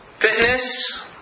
fitness